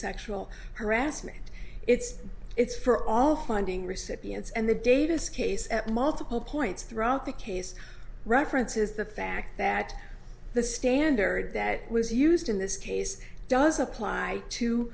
sexual harassment it's it's for all funding recipients and the davis case at multiple points throughout the case references the fact that the standard that was used in this case does apply to